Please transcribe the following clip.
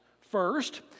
First